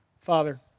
Father